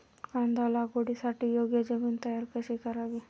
कांदा लागवडीसाठी योग्य जमीन तयार कशी करावी?